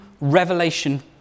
revelation